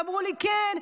אמרו לי כן,